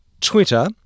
Twitter